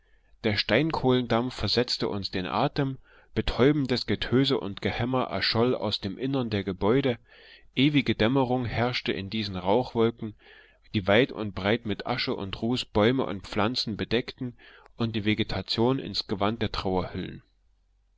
der steinkohlendampf versetzte uns den atem betäubendes getöse und gehämmer erscholl aus dem innern der gebäude ewige dämmerung herrscht in diesen rauchwolken die weit und breit mit asche und ruß bäume und pflanzen bedecken und die vegetation ins gewand der trauer hüllen